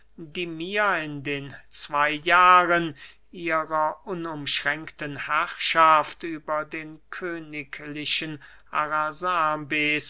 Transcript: die mir in den zwey jahren ihrer unumschränkten herrschaft über den königlichen